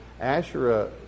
Asherah